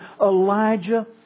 Elijah